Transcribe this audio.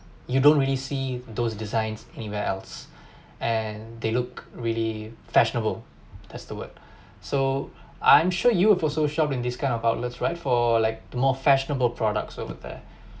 you don't really see those designs anywhere else and they look really fashionable that's the word so I'm sure you have also shop in this kind of outlets right for like the more fashionable products over there